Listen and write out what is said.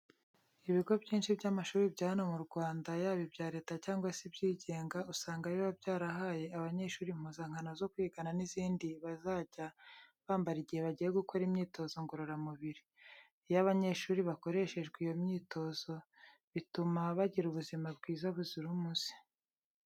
Ibigo byinshi by'amashuri bya hano mu Rwanda yaba ibya Leta cyangwa se ibyigenga, usanga biba byarahaye abanyeshuri impuzankano zo kwigana n'izindi bazajya bambara igihe bagiye gukora imyitozo ngororamubiri. Iyo abanyeshuri bakoreshejwe iyi myitozo bituma bagira ubuzima bwiza buzira umuze.